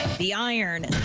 the iron, and